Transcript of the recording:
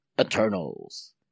Eternals